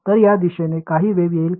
तर या दिशेने काही वेव्ह येईल का